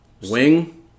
Wing